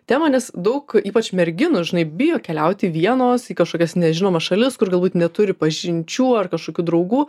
temą nes daug ypač merginų žinai bijo keliauti vienos į kažkokias nežinomas šalis kur galbūt neturi pažinčių ar kažkokių draugų